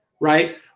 right